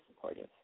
supportive